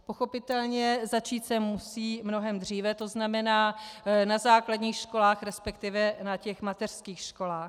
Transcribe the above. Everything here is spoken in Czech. Pochopitelně začít se musí mnohem dříve, tzn. na základních školách, resp. na těch mateřských školách.